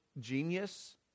genius